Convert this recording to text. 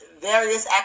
various